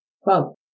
Quote